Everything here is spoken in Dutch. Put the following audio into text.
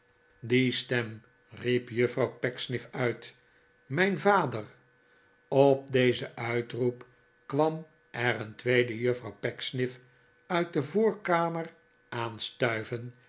die stem riep juffrouw pecksniff uit mijn vader op dezen uitroep kwam er een tweede juffrouw pecksniff uit de voorkamer aanstuiven